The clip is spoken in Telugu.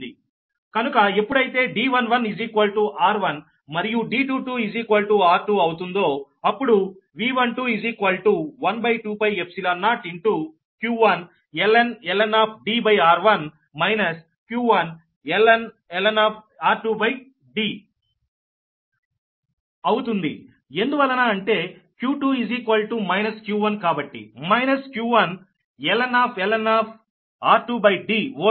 కనుక ఎప్పుడైతే D11 r1 మరియు D22 r2 అవుతుందో అప్పుడు V12 12π0 q1ln Dr1 q1ln అవుతుంది ఎందువలన అంటే q2 q1 కాబట్టి మైనస్ q1ln వోల్ట్ సరేనా